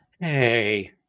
hey